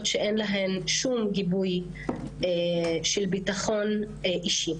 שאין להן שום גיבוי של ביטחון אישי.